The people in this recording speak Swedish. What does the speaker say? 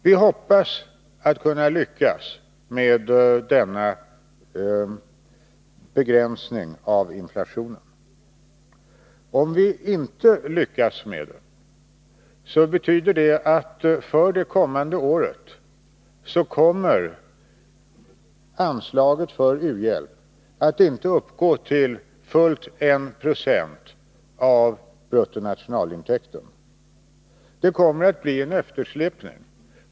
Vi hoppas att vi skall lyckas med denna begränsning av inflationen. Om vi inte lyckas, kommer inte nästa års anslag för u-hjälp att uppgå till fullt 126 av bruttonationalintäkten. Det kommer att bli en eftersläpning.